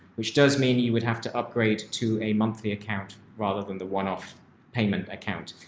which does mean you would have to upgrade to a monthly account rather than the one off payment account.